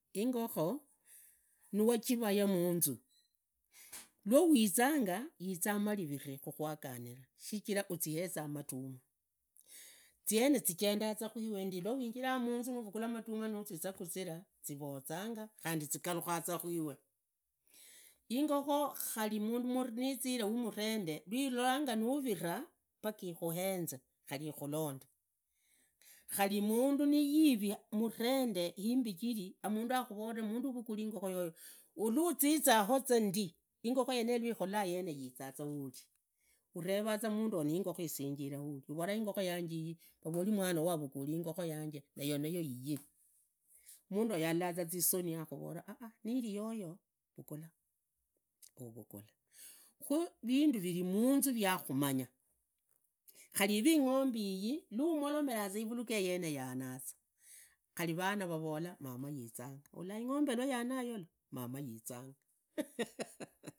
Ingokho, nawajivaga munzu iwawizanga, izao mariri kuguaganira shichira cyihezaa matuma, ziene zijenda khuiwe ndi, lwawinyira munzu navugulaa matumaa nazizuguzira zivozanga, khandi zigalukhuza khwiwe. Ingoho khari niizire wamurende, nilolanga nurira paka ikhunze khari ikhulonde. khari mundu niirira mmurende yimbijiri amundu akhuvole mundu avugule ingokho yoyo luziza yaho za ndi lwikhulola yiza za yene wari, ureraza manduoyo na ingokho isinjire wari, ravori ingokho yanje iyi varoni mwana wowo avukhuli ingokho yanje na yoyo iyi, mundogo halla zisoni hakhuvola ah niri yoyo rugulla uvugula, khu vindu riri munzu ryakhumunya, khari ivee ingombe iyi lumoromeraza ivuluga yeyo yene yanaza kari rana vamunyi mama yiizanga, ingombe khuri yana ndiono mama yizanga hahaha.